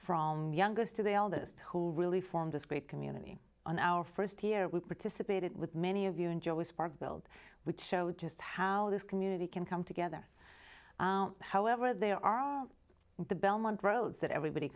from youngest to they all this to who really formed this great community on our first year we participated with many of you and joe was part build which showed just how this community can come together however there are the belmont roads that everybody